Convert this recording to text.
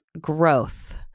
growth